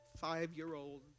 five-year-old